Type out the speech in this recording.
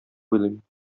уйлыйм